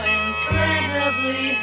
incredibly